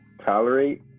tolerate